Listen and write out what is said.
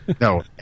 No